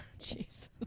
Jeez